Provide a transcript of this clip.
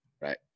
right